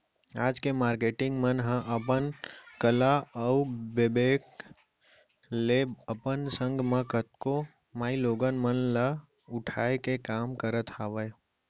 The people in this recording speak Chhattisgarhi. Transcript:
आज के मारकेटिंग मन ह अपन कला अउ बिबेक ले अपन संग म कतको माईलोगिन मन ल उठाय के काम करत हावय